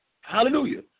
Hallelujah